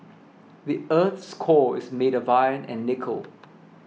the earth's core is made of iron and nickel